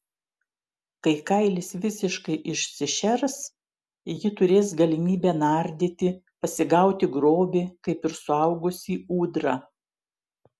kai kailis visiškai išsišers ji turės galimybę nardyti pasigauti grobį kaip ir suaugusi ūdra